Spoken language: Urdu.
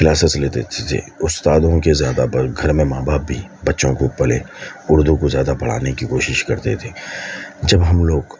کلاسیز لیتے تھے استادوں کے زیادہ تر گھر میں ماں باپ بھی بچوں کو پہلے اردو کو زیادہ پڑھانے کی کوشش کرتے تھے جب ہم لوگ